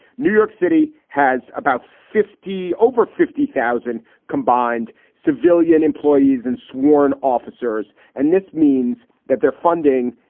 new york city has about fifty over fifty thousand combined civilian employees and sworn officers. and this means that their funding,